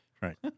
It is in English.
Right